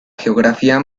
geografía